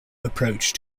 approach